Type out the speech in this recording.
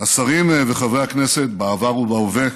השרים וחברי הכנסת בעבר ובהווה,